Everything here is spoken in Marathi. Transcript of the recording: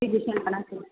फिजिशियन पण असे